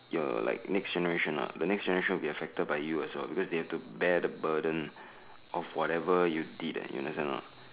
your like next generation lah the next generation will be affected by you also because they have to bear the burden of whatever you did eh you understand or not